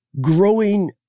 growing